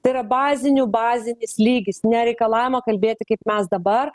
tai yra bazinių bazinis lygis nereikalaujama kalbėti kaip mes dabar